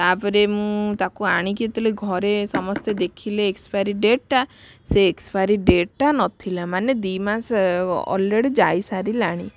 ତାପରେ ମୁଁ ତାକୁ ଆଣିକି ଯେତେବେଲେ ଘରେ ସମସ୍ତେ ଦେଖିଲେ ଏକ୍ସପାରି ଡେଟଟା ସେ ଏକ୍ସପାରି ଡେଟଟା ନଥିଲା ମାନେ ଦୁଇମାସ ଅଲରେଡ଼ି ଯାଇସାରିଲାଣି